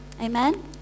Amen